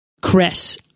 Chris